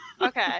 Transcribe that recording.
Okay